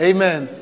Amen